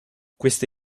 queste